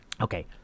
Okay